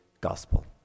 gospel